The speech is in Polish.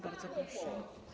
Bardzo proszę.